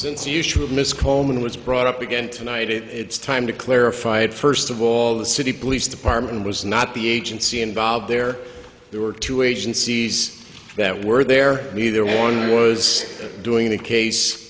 since you should miss coleman was brought up again tonight it it's time to clarify it first of all the city police department was not the agency involved there were two agencies that were there neither one was doing the case